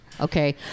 okay